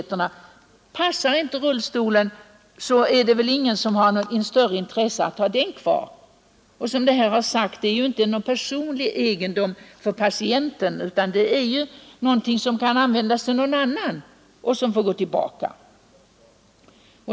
Passar sedan inte rullstolen har ingen något större intresse av att ha den kvar. Den är ju, som här har sagts, ingen personlig egendom för patienten utan den kan användas av någon annan.